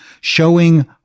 showing